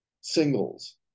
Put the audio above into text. singles